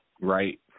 right